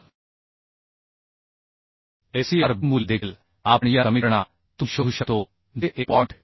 तर f c r b मूल्य देखील आपण या समीकरणा तून शोधू शकतो जे 1